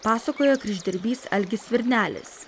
pasakojo kryždirbys algis svirnelis